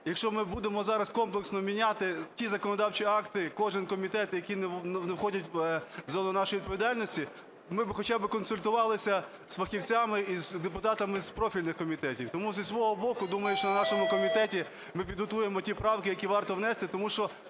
якщо ми будемо зараз комплексно міняти ті законодавчі акти і кожен комітет, який не входить в зону нашої відповідальності, ми хоча б консультувалися з фахівцями і з депутатами із профільних комітетів. Тому, зі свого боку, думаю, що на нашому комітеті ми підготуємо ті правки, які варто внести, тому що